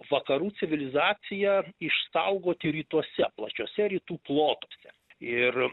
vakarų civilizaciją išsaugoti rytuose plačiuose rytų plotuose ir